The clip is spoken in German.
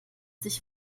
sich